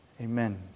amen